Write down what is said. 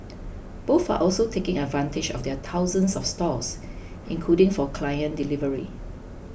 both are also taking advantage of their thousands of stores including for client delivery